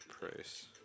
Price